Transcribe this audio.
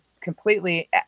completely